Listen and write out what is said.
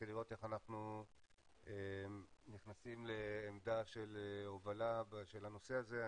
כדי לראות איך אנחנו נכנסים לעמדה של הובלה של הנושא הזה.